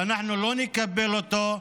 ואנחנו לא נקבל אותו.